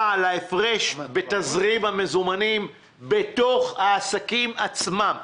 להפרש בתזרים המזומנים בתוך העסקים עצמם.